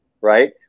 right